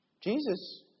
Jesus